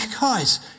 guys